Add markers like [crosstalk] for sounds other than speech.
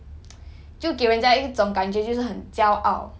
[noise] 就给人家一种感觉就是很骄傲